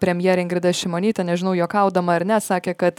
premjerė ingrida šimonytė nežinau juokaudama ar ne sakė kad